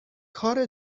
کار